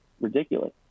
ridiculous